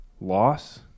loss